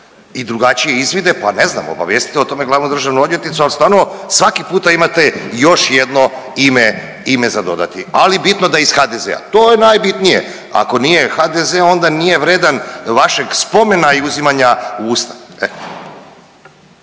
i drugačije izvide, pa ne znam, obavijestite o tome glavna državna odvjetnicu, ali stvarno svaki puta imate još jedno ime za dodati. Ali bitno da je iz HDZ-a, to je najbitnije. Ako nije HDZ, onda nije vredan vašeg spomena i uzimanja u usta.